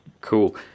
Cool